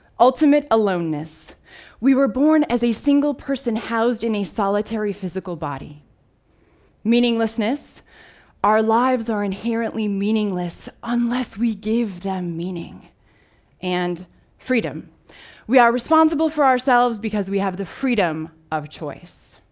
ultimate aloneness we were born as a single person housed in a solitary physical body meaninglessness our lives are inherently meaningless unless we give them meaning and freedom we are responsible for ourselves because we have the freedom of choice.